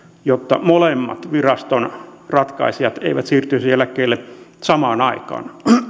jotta molemmat viraston ratkaisijat eivät siirtyisi eläkkeelle samaan aikaan